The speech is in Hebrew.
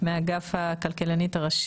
אני מוכרחה לומר - מאגף הכלכלנית הראשית,